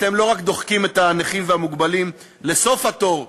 אתם לא רק דוחקים את הנכים והמוגבלים לסוף התור בקופת-חולים,